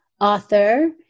author